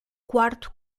quarto